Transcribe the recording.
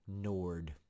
Nord